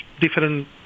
different